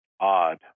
odd